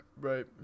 Right